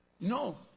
No